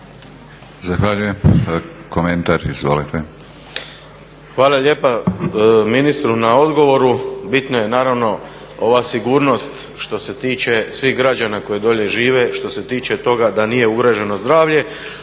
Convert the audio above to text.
Zahvaljujem. Komentar izvolite. **Gjurković, Srđan (HNS)** Hvala lijepa ministru na odgovoru. Bitno je naravno ova sigurnost što se tiče svih građana koji dolje žive, što se tiče toga da nije ugroženo zdravlje.